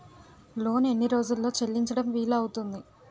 Loan ఎన్ని రోజుల్లో చెల్లించడం వీలు అవుతుంది?